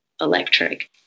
electric